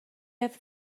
have